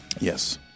Yes